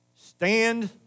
stand